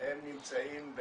הם נמצאים,